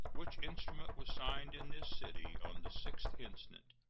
which instrument was signed in this city on the sixth instant.